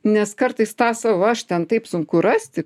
nes kartais tą savo aš ten taip sunku rasti